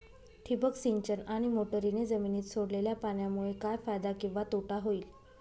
ठिबक सिंचन आणि मोटरीने जमिनीत सोडलेल्या पाण्यामुळे काय फायदा किंवा तोटा होईल?